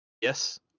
yes